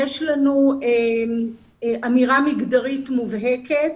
יש לנו אמירה מגדרית מובהקת.